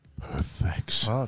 Perfect